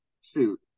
shoot